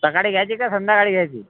सकाळी घ्यायची का संध्याकाळी घ्यायची